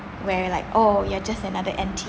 where we like oh you're just another empty